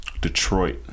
Detroit